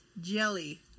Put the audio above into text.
jelly